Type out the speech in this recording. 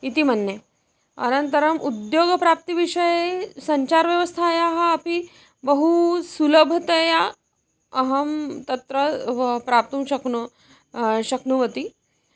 इति मन्ये अनन्तरम् उद्योगप्राप्तिविषये सञ्चारव्यवस्थायाः अपि बहु सुलभतया अहं तत्र भ प्राप्तुं शक्नो शक्नुवन्ति